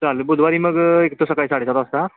चालेल बुधवारी मग एक तो सकाळी साडे सात वाजता